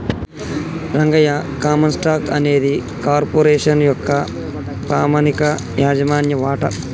Rangayya common stock అనేది corporation యొక్క పామనిక యాజమాన్య వాట